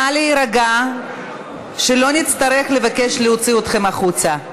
נא להירגע, שלא נצטרך לבקש להוציא אתכם החוצה.